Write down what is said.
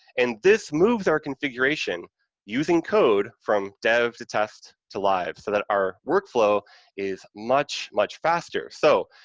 and this moves our configuration using code from dev to test to live, so that our work flow is much, much faster. so,